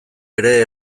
ere